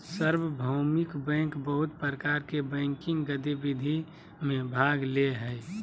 सार्वभौमिक बैंक बहुत प्रकार के बैंकिंग गतिविधि में भाग ले हइ